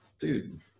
dude